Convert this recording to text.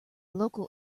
local